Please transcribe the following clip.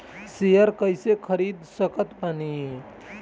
Share कइसे खरीद सकत बानी?